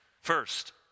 First